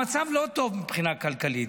המצב לא טוב מבחינה כלכלית.